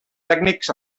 tècnics